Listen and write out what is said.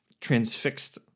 transfixed